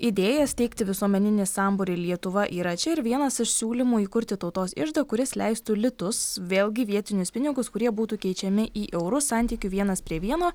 idėją steigti visuomeninį sambūrį lietuva yra čia ir vienas iš siūlymų įkurti tautos iždą kuris leistų litus vėlgi vietinius pinigus kurie būtų keičiami į eurus santykiu vienas prie vieno